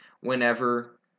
whenever